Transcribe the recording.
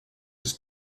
his